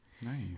Nice